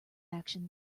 actions